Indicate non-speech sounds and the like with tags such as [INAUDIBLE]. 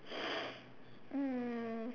[NOISE] mm